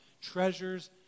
treasures